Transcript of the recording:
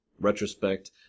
Retrospect